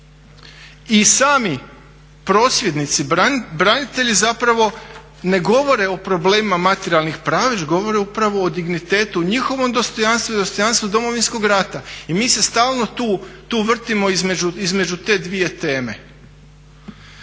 I sami prosvjednici branitelji zapravo ne govore o problemima materijalnih prava već govore upravo o dignitetu, o njihovom dostojanstvu i o dostojanstvu Domovinskog rata. I mi se stalno tu vrtimo između te dvije teme.